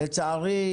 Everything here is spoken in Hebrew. לצערי,